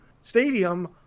stadium